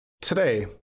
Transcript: Today